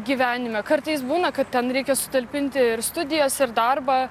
gyvenime kartais būna kad ten reikia sutalpinti ir studijas ir darbą